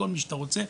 כל מי שאתה רוצה,